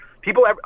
people